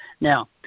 Now